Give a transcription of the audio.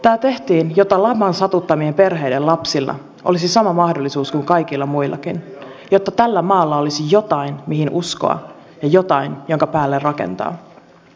tämä tehtiin jotta laman satuttamien perheiden lapsilla olisi sama mahdollisuus kuin kaikilla muillakin jotta tällä maalla olisi jotain mihin uskoa ja jotain minkä päälle rakentaa